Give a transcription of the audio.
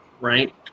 right